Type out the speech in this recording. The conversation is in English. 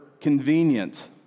convenient